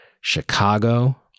Chicago